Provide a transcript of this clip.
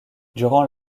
durant